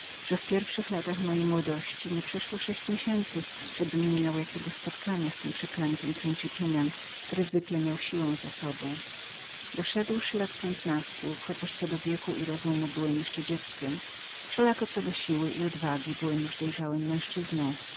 że w pierwszych latach mojej młodości nieprzeszło sześć miesięcy nawet cztery żebym nie miał jakiego spotkania z tym przeklętym principinem który zwykle miał siłę za sobą takim sposobem żyjąc doszedłem lat piętnastu i chociaż co do wieku i rozumu byłem jeszcze dzieckiem wszelako co do siły i odwagi byłem już